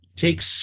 takes